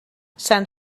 sant